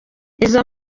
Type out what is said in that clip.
izo